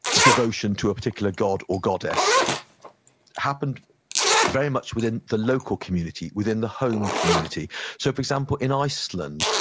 devotion to a particular god or goddess happened very much within the local community, within the home community so for example, in iceland,